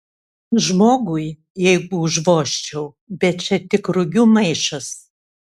žmogui jeigu užvožčiau bet čia tik rugių maišas